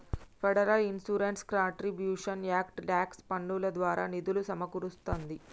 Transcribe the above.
federal insurance contributions act tax పన్నుల ద్వారా నిధులు సమకూరుస్తాంది